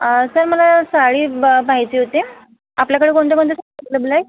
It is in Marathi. सर मला साडी पाहिजे होते आपल्याकडं कोणत्या कोणत्या साड्या उपलब्ध आहेत